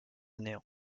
néant